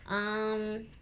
um